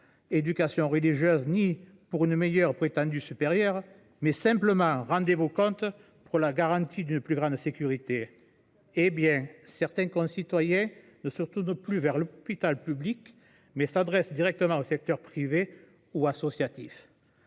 éducation religieuse ni même pour une qualité prétendument supérieure, mais simplement – rendez vous compte !– pour la garantie d’une plus grande sécurité. De la même manière, certains de nos concitoyens ne se tournent plus vers l’hôpital public, mais s’adressent directement au secteur privé ou associatif.